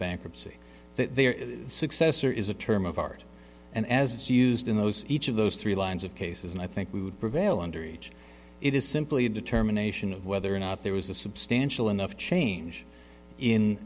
bankruptcy that there is a successor is a term of art and as it's used in those each of those three lines of cases and i think we would prevail under age it is simply a determination of whether or not there was a substantial enough change in